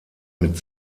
mit